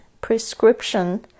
prescription